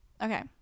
okay